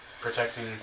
protecting